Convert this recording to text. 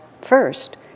first